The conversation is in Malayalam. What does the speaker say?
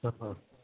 ഹാ ഹാ